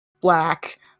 black